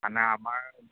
মানে আমাৰ